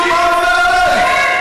נו, מה עובר עלייך.